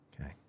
okay